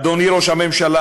אדוני ראש הממשלה,